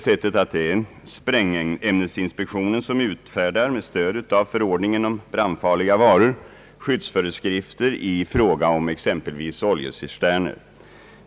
Sprängämnesinspektionen utfärdar, med stöd av förordningen om brandfarliga varor, skyddsföreskrifter i fråga om exempelvis oljecisterner.